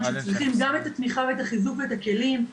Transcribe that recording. שצריכים גם את התמיכה ואת החיזוק ואת הכלים,